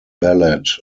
ballad